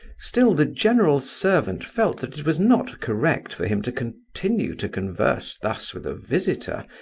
still, the general's servant felt that it was not correct for him to continue to converse thus with a visitor,